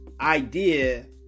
idea